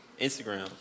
Instagram